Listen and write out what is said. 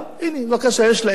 הנה, בבקשה, יש לה אתגר.